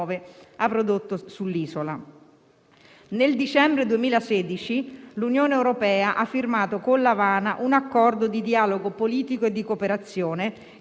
ha prodotto sull'isola. Nel dicembre 2016, l'Unione europea ha firmato con L'Avana un accordo di dialogo politico e di cooperazione